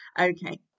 Okay